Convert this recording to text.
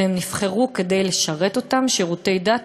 והם נבחרו כדי לשרת אותן שירותי דת,